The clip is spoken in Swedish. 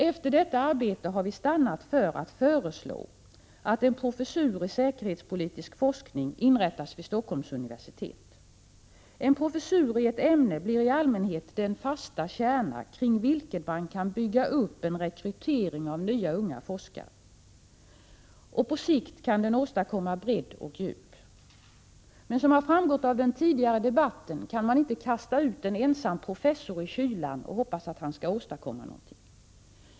Efter detta arbete har vi stannat för att föreslå att en professur i säkerhetspolitisk forskning inrättas vid Stockholms universitet. En professur i ett ämne blir i allmänhet den fasta kärna kring vilken man kan bygga upp en rekrytering av nya, unga forskare, och på sikt kan den åstadkomma bredd och djup. Men som framgått av den tidigare debatten kan man inte kasta ut en ensam professor i kylan och hoppas att han skall åstadkomma någonting.